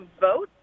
vote